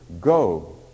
go